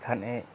এখানে